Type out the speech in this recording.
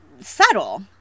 subtle